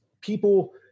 people